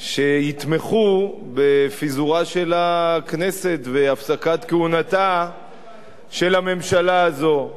שיתמכו בפיזורה של הכנסת והפסקת כהונתה של הממשלה הזאת.